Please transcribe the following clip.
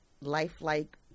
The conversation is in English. lifelike